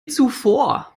zuvor